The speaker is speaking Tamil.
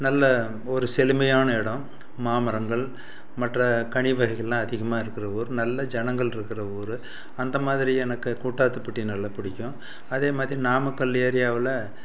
நல்ல ஒரு செழுமையான இடம் மாமரங்கள் மற்ற கனி வகைகள்லாம் அதிகமாக இருக்கிற ஊர் நல்ல ஜனங்கள் இருக்கிற ஊர் அந்த மாதிரி எனக்கு கூட்டாத்துப்பட்டி நல்லா பிடிக்கும் அதே மாதிரி நாமக்கல் ஏரியாவில்